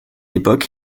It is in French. époque